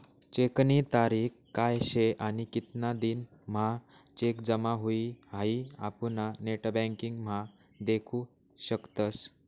चेकनी तारीख काय शे आणि कितला दिन म्हां चेक जमा हुई हाई आपुन नेटबँकिंग म्हा देखु शकतस